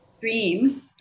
dream